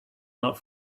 not